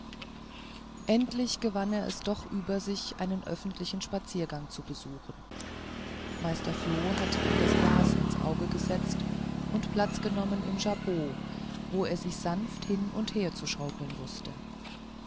endlich gewann er es doch über sich einen öffentlichen spaziergang zu besuchen meister floh hatte ihm das glas ins auge gesetzt und platz genommen im jabot wo er sich sanft hin und her zu schaukeln wußte